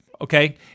okay